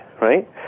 right